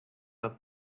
have